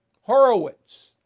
Horowitz